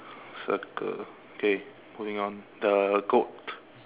circle K moving on the goat